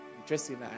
Interesting